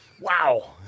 Wow